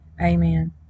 Amen